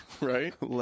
Right